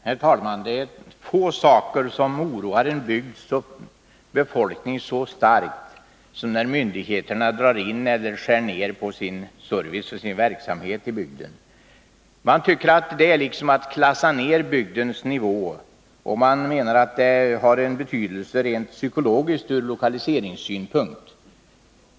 Herr talman! Det är få saker som oroar befolkningen i en bygd så starkt som när myndigheterna drar in eller skär ned på sin service eller verksamhet i bygden. Man tycker liksom att det är att klassa ned bygden, och man menar att det har en betydelse rent psykologiskt ur lokaliseringssynpunkt.